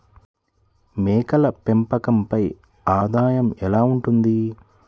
మేకల పెంపకంపై ఆదాయం ఎలా ఉంటుంది?